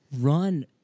run